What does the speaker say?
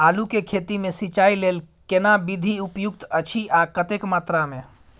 आलू के खेती मे सिंचाई लेल केना विधी उपयुक्त अछि आ कतेक मात्रा मे?